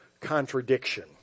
contradiction